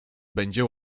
będzie